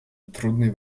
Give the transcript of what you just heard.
трудный